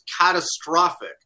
catastrophic